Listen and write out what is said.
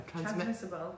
Transmissible